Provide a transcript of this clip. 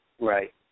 Right